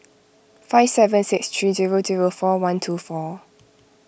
five seven six three zero zero four one two four